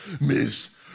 Miss